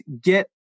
get